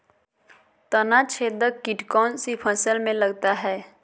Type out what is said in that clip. तनाछेदक किट कौन सी फसल में लगता है?